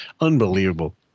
Unbelievable